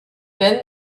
then